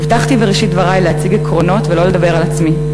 הבטחתי בראשית דברי להציג עקרונות ולא לדבר על עצמי,